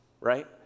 right